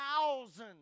thousands